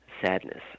sadness